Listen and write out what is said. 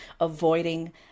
avoiding